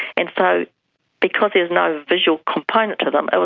and so because there was no visual component to them,